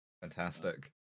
Fantastic